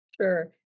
Sure